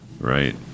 right